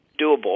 doable